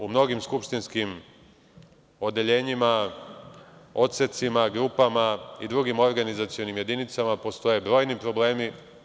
U mnogim skupštinskim odeljenjima, odsecima, grupama i drugim organizacionim jedinicama postoje brojni problemi.